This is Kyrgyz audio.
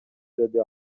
деди